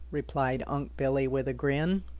replied unc' billy with a grin.